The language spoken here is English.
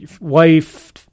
wife